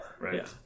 right